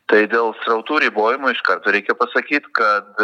tai dėl srautų ribojimo iš karto reikia pasakyt kad